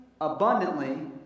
abundantly